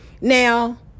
Now